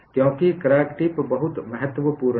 क्योंकि crack tip बहुत महत्वपूर्ण है